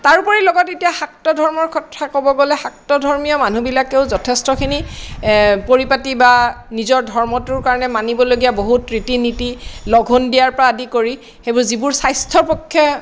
তাৰোপৰি লগতে এতিয়া শাক্ত ধৰ্মৰ কথা ক'ব গ'লে শাক্ত ধৰ্মীয় মানুহবিলাকেও যথেষ্টখিনি পৰিপাতি বা নিজৰ ধৰ্মটোৰ কাৰণে মানিবলগীয়া বহুত ৰীতি নীতি লঘোণ দিয়াৰ পৰা আদি কৰি সেইবোৰ যিবোৰ স্বাস্থ্যৰ পক্ষে